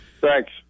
Thanks